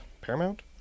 Paramount